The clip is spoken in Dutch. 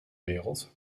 wereld